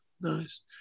Nice